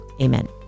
Amen